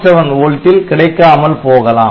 7 volt ல் கிடைக்காமல் போகலாம்